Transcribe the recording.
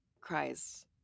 cries